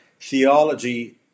theology